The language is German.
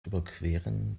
überqueren